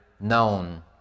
known